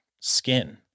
skin